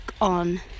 on